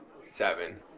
Seven